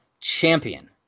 champion